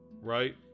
right